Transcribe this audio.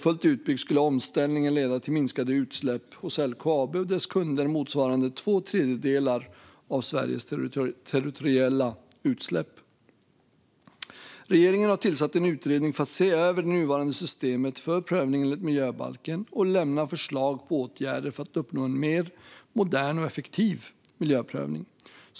Fullt utbyggd skulle omställningen leda till minskade utsläpp hos LKAB och dess kunder motsvarande två tredjedelar av Sveriges territoriella utsläpp. Regeringen har tillsatt en utredning för att se över det nuvarande systemet för prövning enligt miljöbalken och lämna förslag på åtgärder för att uppnå en mer modern och effektiv miljöprövning.